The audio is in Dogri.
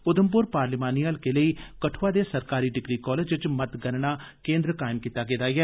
उघमपुर पार्लिमानी हल्के लेई कठुआ दे सरकारी डिग्री कालेज च मतगणना केन्द्र कायम कीता गेदा ऐ